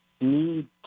need